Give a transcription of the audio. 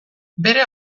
bere